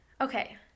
Okay